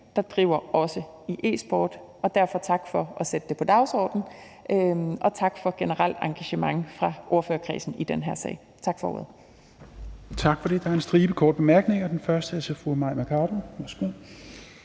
der driver også e-sporten. Derfor tak for at sætte det på dagsordenen, og tak for et generelt engagement fra ordførerkredsen i den her sag. Tak for ordet.